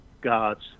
God's